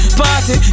party